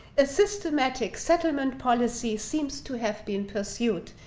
a systematic settlement policy seems to have been pursued,